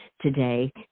today